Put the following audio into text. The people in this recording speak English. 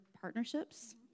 partnerships